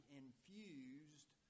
infused